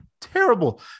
terrible